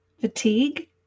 Fatigue